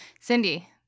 Cindy